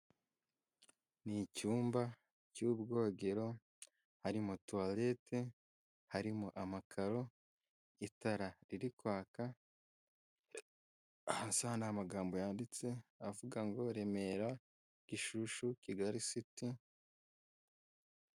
Ni icyumba cy'ubwogero harimo tuwarete, harimo amakaro, itara riri kwaka, hasi aha ni amagambo yanditse avuga ngo Remera, Gishushu Kigali siti.